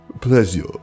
pleasure